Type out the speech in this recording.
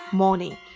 morning